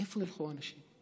איפה ילכו האנשים?